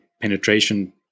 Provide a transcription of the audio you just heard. penetration